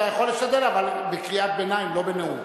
אתה יכול להשתדל, אבל בקריאת ביניים, לא בנאום.